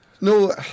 No